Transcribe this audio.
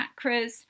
chakras